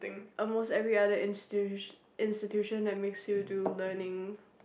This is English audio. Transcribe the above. almost every other instu~ institution that makes you do learning